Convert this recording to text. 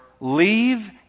leave